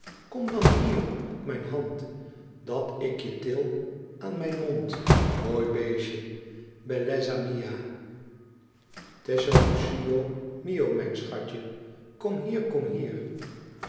kom dan hier op mijn hand dat ik je til aan mijn mond mooi beestje bellezza mia tesoruccio mio mijn schatje kom hier kom hier